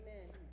Amen